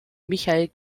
michael